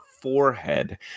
forehead